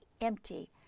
empty